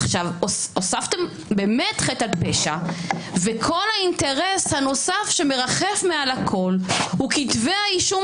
הוספתם חטא על פשע וכל האינטרס הנוסף שמרחף מעל הכול הוא כתבי האישום